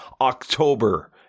October